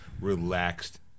relaxed